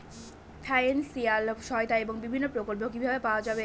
Financial সহায়তা এবং বিভিন্ন প্রকল্প কিভাবে পাওয়া যাবে?